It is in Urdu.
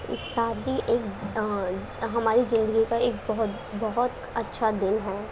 شادی ایک ہماری زندگی کا ایک بہت بہت اچھا دن ہیں